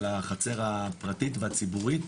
על החצר הפרטית והציבורית,